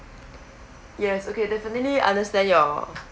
yes okay definitely understand your